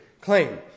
claim